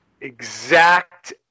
exact